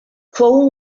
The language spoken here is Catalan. fou